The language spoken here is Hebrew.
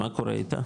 מה קורה איתה?